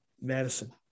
Madison